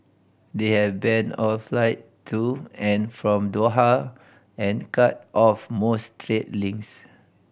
they have banned all flight to and from Doha and cut off most trade links